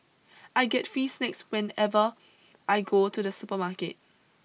I get fee snacks whenever I go to the supermarket